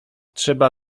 trzeba